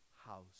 house